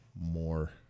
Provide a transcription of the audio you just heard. more